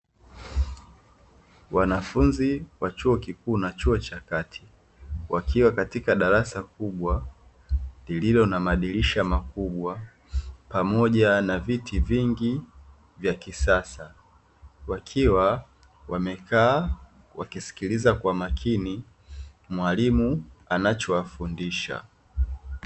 Wanafunzi wa chuo kikuu na chuo cha kati, wakiwa katika darasa kubwa lililo na madirisha makubwa pamoja na viti vingi vya kisasa; wakiwa wamekaa wakiskiliza kwa makini mwalimu anachowafundisha.